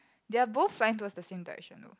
they are both flying towards the same direction